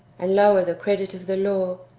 and lower the credit of the law,